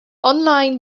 online